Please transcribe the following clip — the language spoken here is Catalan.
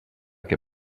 què